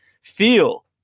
Feel